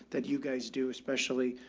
that you guys do, especially,